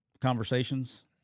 conversations